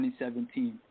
2017